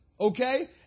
Okay